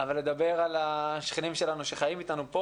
אבל לדבר על השכנים שלנו שחיים איתנו פה